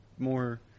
more